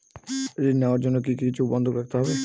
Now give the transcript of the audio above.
ঋণ নেওয়ার জন্য কি কিছু বন্ধক রাখতে হবে?